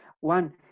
one